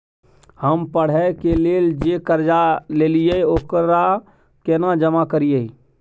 हम पढ़े के लेल जे कर्जा ललिये ओकरा केना जमा करिए?